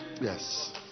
Yes